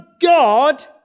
God